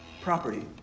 property